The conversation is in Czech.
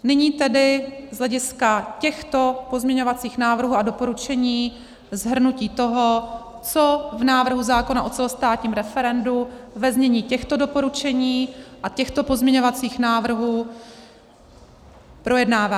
Nyní tedy z hlediska těchto pozměňovacích návrhů a doporučení shrnutí toho, co v návrhu zákona o celostátním referendu ve znění těchto doporučení a těchto pozměňovacích návrhů projednáváme.